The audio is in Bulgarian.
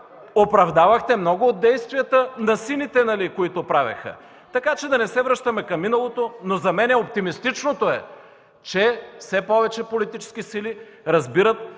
оправдавахте много от действията, които правеха сините. Така че да не се връщаме към миналото. За мен оптимистичното е, че все повече политически сили разбират,